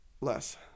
Less